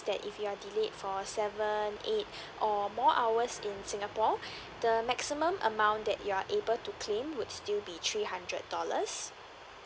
that if you are delayed for seven eight or more hours in singapore the maximum amount that you're able to claim would still be three hundred dollars